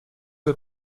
del